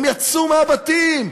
הם יצאו מהבתים,